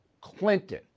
clinton